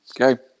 Okay